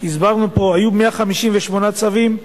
הסברנו פה: היו 158 צווים.